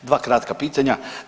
Dva kratka pitanja.